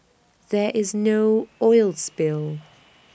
there is no oil spill